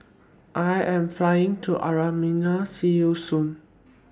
I Am Flying to Armenia See YOU Soon